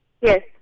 Yes